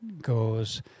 goes